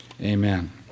Amen